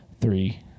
three